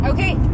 Okay